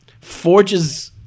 forges